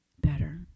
better